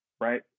right